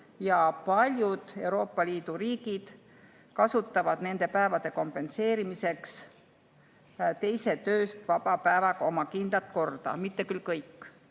Paljud Euroopa Liidu riigid kasutavad nende päevade kompenseerimiseks teise tööst vaba päevaga oma kindlat korda. Seda mitte küll kõik.